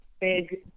big